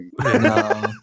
No